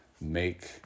make